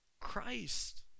christ